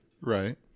Right